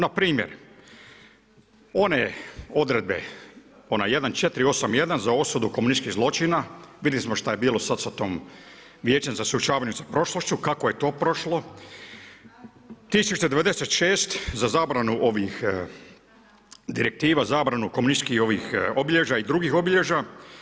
Npr. one odredbe onaj 1481 za osudu komunističkih zločina, vidjeli smo sada što je bilo sa tim Vijećem za suočavanje sa prošlošću kako je to prošlo, 1096 za zabranu direktiva, zabranu komunističkih obilježja i drugih obilježja.